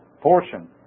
portion